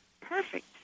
perfect